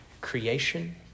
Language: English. creation